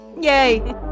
Yay